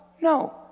No